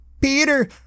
Peter